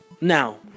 Now